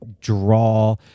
draw